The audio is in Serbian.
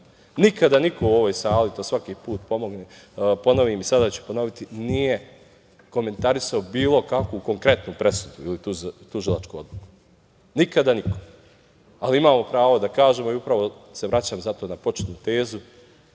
itd. Nikada niko u ovoj sali, to svaki put ponovim i sada ću ponoviti, nije komentarisao bilo kakvu konkretnu presudu ili tužilačku odluku, nikada niko. Ali, imamo pravo da kažemo i upravo se vraćam zato na početnu tezu